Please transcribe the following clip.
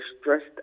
stressed